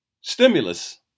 stimulus